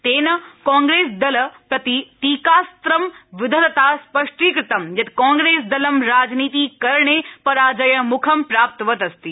तेन कांग्रेस दल प्रति टीकास्त्रं विदधता स्पष्टीकृतं यत् कांग्रेस दलं राजनीतिकरणे पराजयमुखं प्राप्तवत् अस्ति